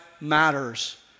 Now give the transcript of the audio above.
matters